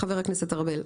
חבר הכנסת ארבל.